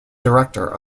director